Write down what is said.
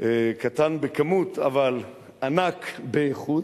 קטן בכמות אבל ענק באיכות,